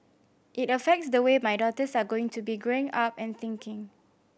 it affects the way my daughters are going to be growing up and thinking